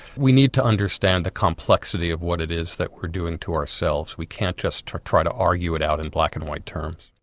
we need to understand the complexity of what it is that we're doing to ourselves. we can't just try to argue it out in black and white terms.